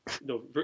no